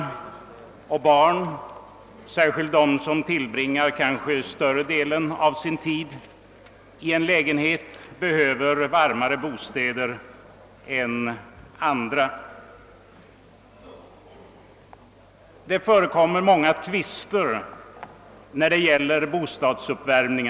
Barn och gamla människor, särskilt de som tillbringar större delen av sin tid i en lägenhet, behöver varmare bostäder än andra. Det har förekommit många tvister om bostadsuppvärmning.